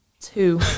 two